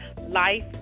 Life